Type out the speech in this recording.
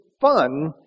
fun